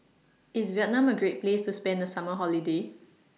IS Vietnam A Great Place to spend The Summer Holiday